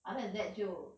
other than that 就